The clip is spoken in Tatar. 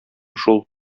шул